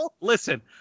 listen